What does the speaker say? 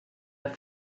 have